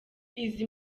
izi